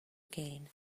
again